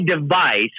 device